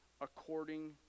according